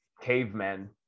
cavemen